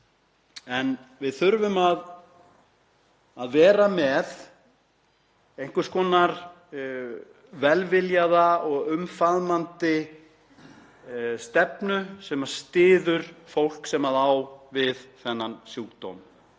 Við þurfum að vera með einhvers konar velviljaða og umfaðmandi stefnu sem styður fólk sem á við þennan sjúkdóm